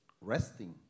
resting